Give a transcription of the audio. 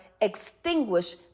extinguish